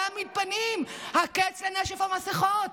הקץ לנשף המסכות.